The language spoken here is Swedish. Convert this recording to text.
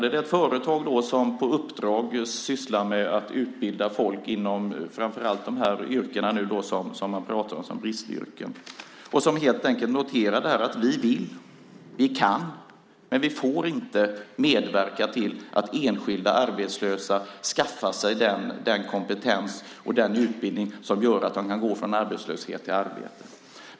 Det är ett företag som på uppdrag sysslar med att utbilda människor inom framför allt de yrken som man nu talar om som bristyrken. De noterar: Vi vill, vi kan, men vi får inte medverka till att enskilda arbetslösa skaffar sig den kompetens och den utbildning som gör att de kan gå från arbetslöshet till arbete.